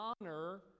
honor